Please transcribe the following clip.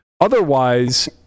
Otherwise